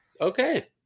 Okay